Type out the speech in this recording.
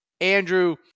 Andrew